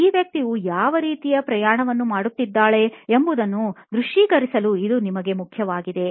ಈ ವ್ಯಕ್ತಿಯು ಯಾವ ರೀತಿಯ ಪ್ರಯಾಣವನ್ನು ಮಾಡುತ್ತಿದ್ದಾಳೆ ಎಂಬುದನ್ನು ದೃಶ್ಯೀಕರಿಸಲು ಇದು ನಿಮಗೆ ಮುಖ್ಯವಾಗಿದೆ